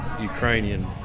ukrainian